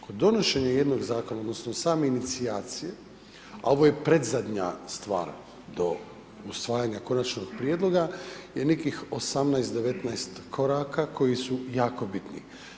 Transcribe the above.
Kod donošenja jednog Zakona odnosno same inicijacije, a ovo je predzadnja stvar do usvajanja Konačnog prijedloga je nekih 18, 19 koraka koji su jako bitni.